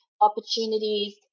opportunities